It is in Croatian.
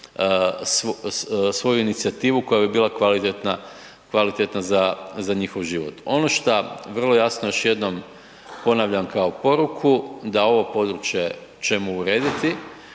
svoju inicijativu koja bi bila kvalitetna za njihov život. Ono što vrlo jasno još jednom ponavljam kao poruku, da ovo područje ćemo urediti,